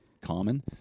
common